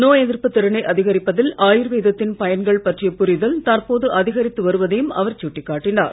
நோய் எதிர்ப்புத் திறனை அதிகரிப்பதில் ஆயுர்வேதத்தின் பயன்கள் பற்றிய புரிதல் தற்போது அதிகரித்து வருவதையும் அவர் சுட்டிக் காட்டினார்